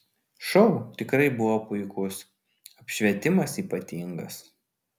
šou tikrai buvo puikus apšvietimas ypatingas